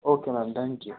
okay ma'am thank you